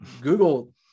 Google